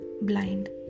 blind